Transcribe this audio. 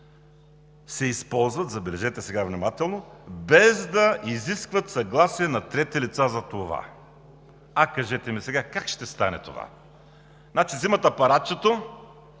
се използват, забележете сега внимателно, без да изискват съгласие на трети лица за това! А, кажете ми сега: как ще стане това? Значи, взимат апаратчето,